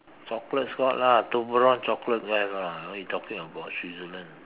chocolates got lah Toblerone chocolate don't have lah what you talking about Switzerland